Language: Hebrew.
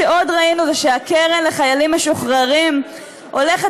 מה שעוד ראינו זה שהקרן לחיילים משוחררים הולכת